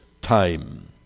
time